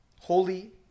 holy